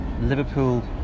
Liverpool